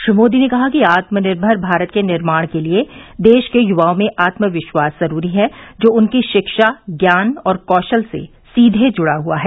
श्री मोदी ने कहा कि आत्मनिर्भर भारत के निर्माण के लिए देश के य्वाओं में आत्मविश्वास जरूरी है जो उनकी शिक्षा ज्ञान और कौशल से सीधे जुडा हुआ है